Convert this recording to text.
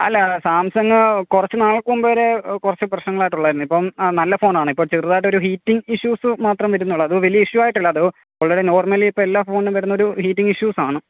അല്ല സാംസങ് കുറച്ച് നാൾക്ക് മുമ്പ് വരേ കുറച്ച് പ്രശ്നങ്ങളായിട്ടുള്ളതായിരുന്നു ഇപ്പം ആ നല്ല ഫോണാണ് ഇപ്പോൾ ചെറുതായിട്ടൊരു ഹീറ്റിങ് ഇഷ്യൂസ് മാത്രം വരുന്നുള്ളൂ അത് വലിയ ഇഷ്യൂ ആയിട്ടല്ല അത് വളരെ നോർമലി ഇപ്പോൾ എല്ലാ ഫോണിനും വരുന്നൊരു ഹീറ്റിങ് ഇഷ്യൂസാണ്